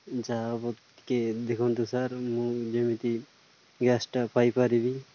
ଯାହା ହେବ ଟିକିଏ ଦେଖନ୍ତୁ ସାର୍ ମୁଁ ଯେମିତି ଗ୍ୟାସ୍ଟା ପାଇପାରିବି